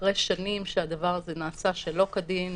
אחרי שנים שהדבר הזה נעשה שלא כדין,